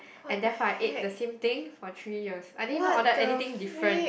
and therefore I ate the same thing for three years I didn't even order anything different